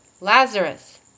Lazarus